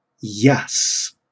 yes